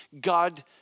God